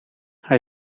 hij